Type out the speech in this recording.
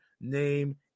name